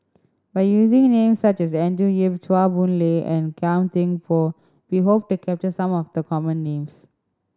by using names such as Andrew Yip Chua Boon Lay and Gan Thiam Poh we hope to capture some of the common names